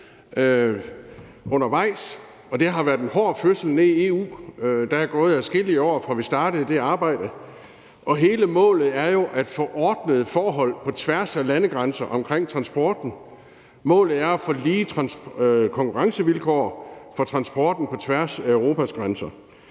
undervejs, og det har været en hård fødsel nede i EU. Der er gået adskillige år, fra vi startede det arbejde, og hele målet med den er jo at få ordnede forhold på tværs af landegrænser omkring transporten. Målet er at få lige konkurrencevilkår for transporten på tværs af Europas grænser.